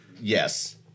Yes